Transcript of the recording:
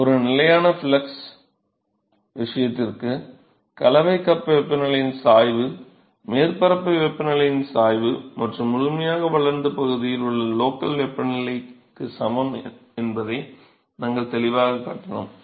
ஒரு நிலையான ஃப்ளக்ஸ் விஷயத்திற்கு கலவை கப் வெப்பநிலையின் சாய்வு மேற்பரப்பு வெப்பநிலையின் சாய்வு மற்றும் முழுமையாக வளர்ந்த பகுதியில் உள்ள லோக்கல் வெப்பநிலைக்கு சமம் என்பதை நாங்கள் தெளிவாகக் காட்டினோம்